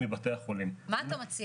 בבקשה, אני אשמח.